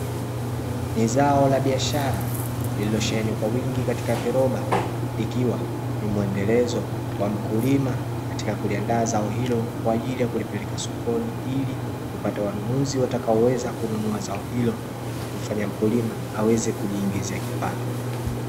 Ni zao la biashara lililosheheni kwa wingi katika viroba, ikiwa ni mwendelezo wa mkulima katika kuliandaa zao hilo kwa ajili ya kulipeleka sokoni ,ili kupata wanunuzi watakaoweza kununua zao hilo na kumfanya mkulima aweze kujiingizia kipato.